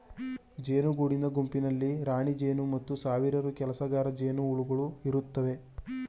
ಜೇನು ಗೂಡಿನ ಗುಂಪಿನಲ್ಲಿ ರಾಣಿಜೇನು ಮತ್ತು ಸಾವಿರಾರು ಕೆಲಸಗಾರ ಜೇನುಹುಳುಗಳು ಇರುತ್ತವೆ